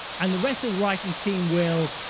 and the rest of the writing team will